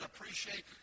appreciate